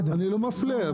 אני לא מפלה,